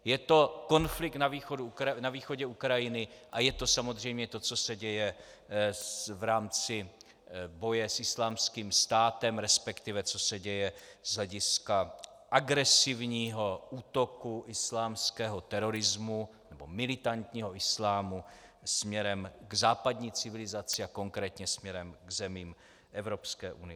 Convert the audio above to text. Je to konflikt na východě Ukrajiny a je to samozřejmě to, co se děje v rámci boje s Islámským státem, resp. co se děje z hlediska agresivního útoku islámského terorismu, nebo militantního islámu, směrem k západní civilizaci a konkrétně směrem k zemím Evropské unie.